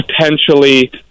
potentially